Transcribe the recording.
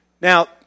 Now